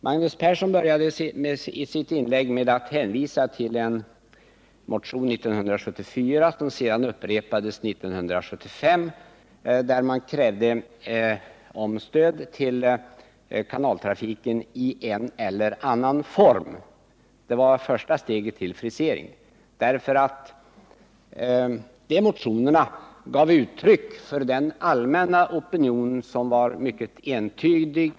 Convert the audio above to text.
Magnus Persson började sitt inlägg med att hänvisa till en motion från 1974 som upprepades 1975, där man krävde stöd till kanaltrafiken i en eller annan form. Det var första steget till frisering, för den motionen gav uttryck för den allmänna opinionen i Vänerområdet som var mycket entydig.